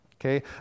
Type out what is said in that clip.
Okay